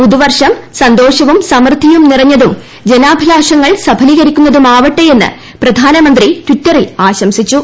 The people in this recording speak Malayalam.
പുതുവർഷം സന്തോഷവും സമൃദ്ധിയും നിറഞ്ഞതും ജനാഭിലാഷങ്ങൾ സഫലീകരിക്കുന്നതുമാവട്ടെ എന്ന് പ്രധാനമന്ത്രി ട്വിറ്ററിൽ ആശംസിച്ചു